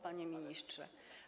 Panie Ministrze!